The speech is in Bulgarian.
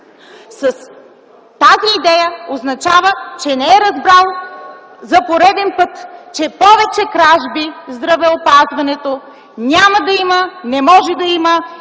с тази идея, означава, че не е разбрал за пореден път, че повече кражби в здравеопазването няма да има, не може да има